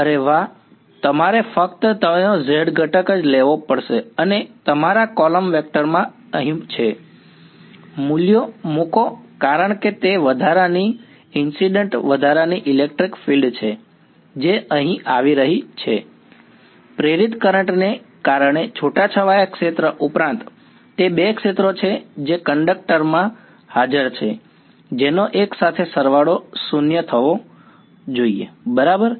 અરે વાહ તમારે ફક્ત તેનો z ઘટક લેવો પડશે અને તમારા કૉલમ વેક્ટર માં અહીં છે મૂલ્યો મૂકો કારણ કે તે વધારાની ઈન્સિડ્ન્ટ વધારાની ઇલેક્ટ્રિક ફિલ્ડ છે જે અહીં આવી રહી છે પ્રેરિત કરંટ ને કારણે છૂટાછવાયા ક્ષેત્ર ઉપરાંત તે બે ક્ષેત્રો છે જે કંડક્ટર માં હાજર છે જેનો એકસાથે સરવાળો 0 હોવો જોઈએ બરાબર